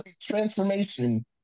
transformation